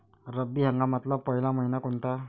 रब्बी हंगामातला पयला मइना कोनता?